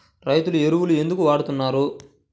రైతు ఎరువులు ఎందుకు వాడుతున్నారు?